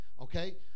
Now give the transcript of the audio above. Okay